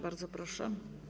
Bardzo proszę.